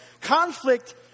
Conflict